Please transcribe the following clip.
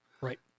Right